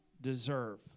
deserve